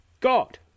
God